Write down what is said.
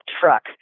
truck